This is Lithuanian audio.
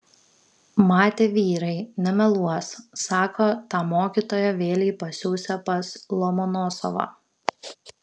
matė vyrai nemeluos sako tą mokytoją vėlei pasiųsią pas lomonosovą